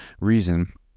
reason